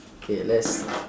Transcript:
K let's